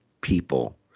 people